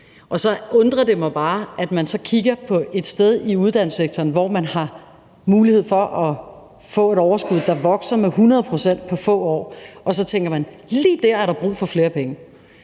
og så undrer det mig bare, at man så kigger på et sted i uddannelsessektoren, hvor man har mulighed for at få et overskud, der vokser med 100 pct. på få år, og så tænker man: Lige dér er der brug for flere penge.